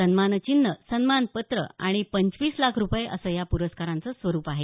सन्मानचिन्ह सन्मानपत्र आणि पंचवीस लाख रुपये असं या प्रस्काराचं स्वरुप आहे